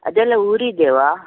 ಅದೆಲ್ಲ ಊರಿದ್ದೇವಾ